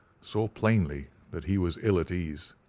saw plainly that he was ill at ease.